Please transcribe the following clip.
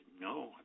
no